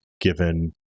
given